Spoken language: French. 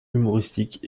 humoristiques